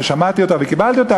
ששמעתי אותו וקיבלתי אותו,